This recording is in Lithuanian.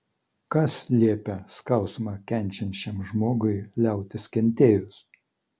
kas liepia skausmą kenčiančiam žmogui liautis kentėjus